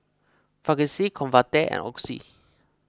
Vagisil Convatec and Oxy